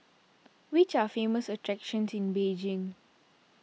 which are the famous attractions in Beijing